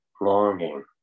longing